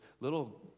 little